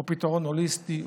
או פתרון הוליסטי,